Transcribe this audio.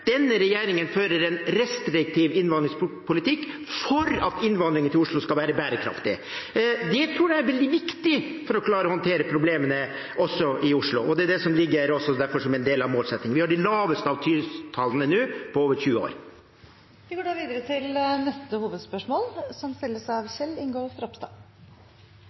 Denne regjeringen fører en restriktiv innvandringspolitikk for at innvandringen til Oslo skal være bærekraftig. Det tror jeg er veldig viktig for å klare å håndtere problemene også i Oslo, og det er det som derfor også ligger der som en del av målsettingen. Vi har nå de laveste asyltallene på over 20 år. Vi går videre til neste hovedspørsmål.